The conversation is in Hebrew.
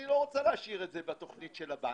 כשאני לא רוצה להשאיר את זה בתכנית של הבנק,